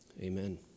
amen